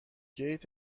گیت